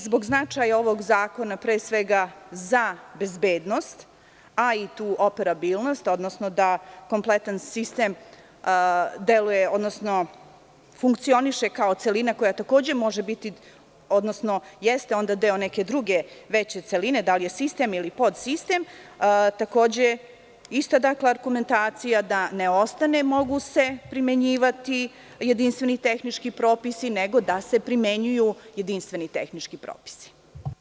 Zbog značaja ovog zakona, pre svega za bezbednost, a i tu operabilnost, odnosno da kompletan sistem deluje i funkcioniše kao celina, koja takođe jeste deo neke druge veće celine, da li je sistem ili podsistem, ista je argumentacija, da ne ostane: „mogu se primenjivati jedinstveni tehnički propisi“, nego da glasi: „da se primenjuju jedinstveni tehnički propisi“